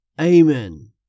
Amen